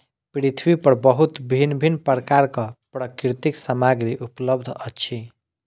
पृथ्वी पर बहुत भिन्न भिन्न प्रकारक प्राकृतिक सामग्री उपलब्ध अछि